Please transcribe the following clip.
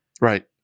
Right